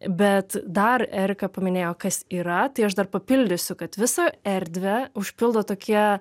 bet dar erika paminėjo kas yra tai aš dar papildysiu kad visą erdvę užpildo tokia